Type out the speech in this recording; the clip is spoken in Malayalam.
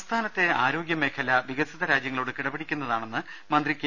സംസ്ഥാനത്തെആരോഗ്യ മേഖല വികസിത രാജ്യങ്ങളോട് കിട പിടിക്കുന്നതാണെന്ന് മന്ത്രി കെ